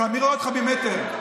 מי רואה אותך ממטר בכלל?